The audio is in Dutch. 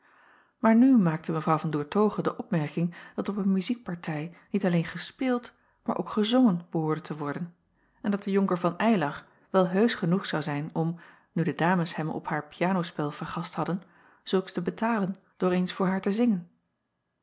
aar nu maakte w an oertoghe de opmerking dat op een muziekpartij niet alleen gespeeld maar ook gezongen behoorde te worden en dat de onker van ylar wel heusch genoeg zou zijn om nu de dames hem op haar pianospel vergast hadden zulks te betalen door eens voor haar te zingen